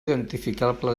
identificable